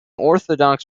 orthodox